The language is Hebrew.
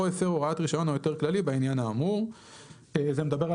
או הפר הוראת רישיון או היתר כללי בעניין האמור";" זה מדבר על